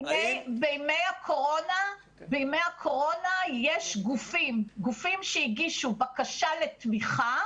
בימי הקורונה יש גופים שהגישו בקשה לתמיכה